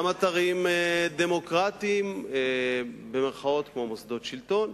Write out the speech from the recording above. וגם אתרים "דמוקרטיים", כמו מוסדות שלטון.